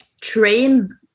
train